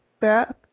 Beth